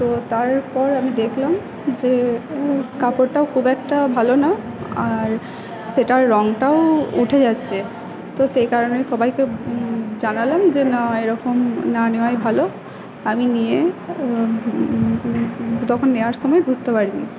তো তারপর আমি দেখলাম যে কাপড়টাও খুব একটা ভালো না আর সেটার রঙটাও উঠে যাচ্ছে তো সেই কারণেই সবাইকে জানালাম যে না এরকম না নেওয়াই ভালো আমি নিয়ে তখন নেওয়ার সময় বুঝতে পারি নি